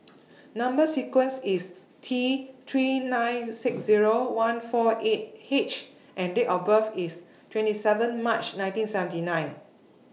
Number sequence IS T three nine six Zero one four eight H and Date of birth IS twenty seven March nineteen seventy nine